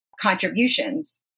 contributions